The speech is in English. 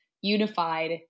unified